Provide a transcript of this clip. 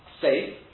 safe